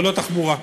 ולא תחבורה.